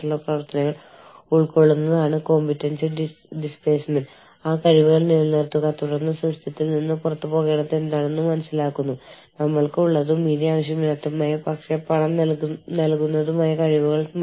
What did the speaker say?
കമ്പനിയുടെ ജീവനക്കാർക്ക് ഒരു ശ്രദ്ധേയമായ മൂല്യനിർദ്ദേശം വാഗ്ദാനം ചെയ്യുന്നു കൂടാതെ ആഗോള തൊഴിൽ വിപണിയിൽ ഉടനീളം സ്ഥാപനം പ്രതിനിധീകരിക്കുന്ന ബ്രാൻഡിനെ മനസ്സിലാക്കുകയും വിപണനം ചെയ്യുകയും ചെയ്യുന്നു പ്രായോഗികമായി വ്യത്യസ്ത മൂല്യങ്ങളും വ്യത്യസ്ത ധാരണകളും ഉണ്ട്